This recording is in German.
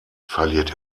verliert